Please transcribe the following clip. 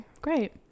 Great